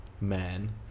man